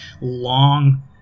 long